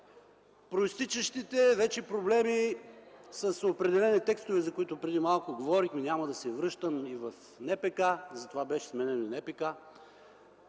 произтичащите вече проблеми с определени текстове, за които преди малко говорихме – няма да се връщам, и в НПК. Затова беше сменен и НПК.